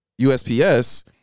USPS